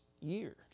year